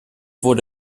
wurde